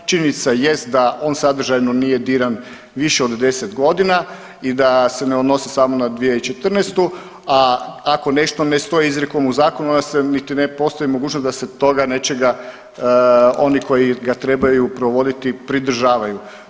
Činjenica jest da on sadržajno nije diran više od 10 godina i da se ne odnosi samo na 2014., a ako nešto ne stoji izrijekom u zakonu onda se niti ne postoji mogućnost da se toga nečega oni koji ga trebaju provoditi pridržavaju.